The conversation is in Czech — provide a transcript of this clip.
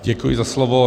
Děkuji za slovo.